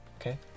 Okay